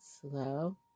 slow